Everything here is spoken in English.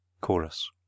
Chorus